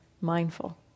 mindful